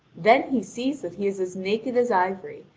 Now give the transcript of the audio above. then he sees that he is as naked as ivory,